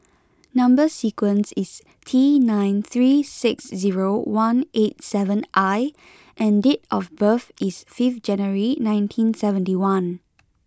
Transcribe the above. number sequence is T nine three six zero one eight seven I and date of birth is fifth January nineteen seventy one